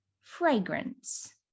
fragrance